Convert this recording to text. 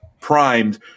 primed